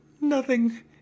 Nothing